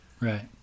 Right